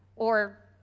or